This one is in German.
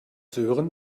sören